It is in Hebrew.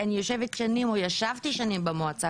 אני יושבת שנים או ישבתי שנים במועצה,